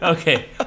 Okay